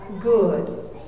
good